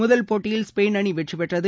முதல் போட்டியில் ஸ்பெயின் அணி வெற்றி பெற்றது